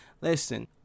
Listen